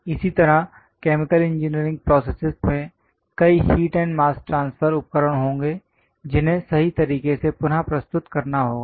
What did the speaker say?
इसी तरह chemical engineering processes में कई हीट एंड मास ट्रांसफर उपकरण होंगे जिन्हें सही तरीके से पुन प्रस्तुत करना होगा